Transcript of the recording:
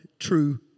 true